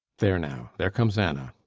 there now, there comes anna!